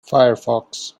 firefox